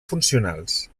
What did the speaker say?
funcionals